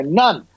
none